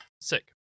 Sick